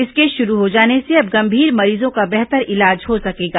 इसके शुरू हो जाने से अब गंभीर मरीजों का बेहतर इलाज हो सकेगा